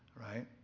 right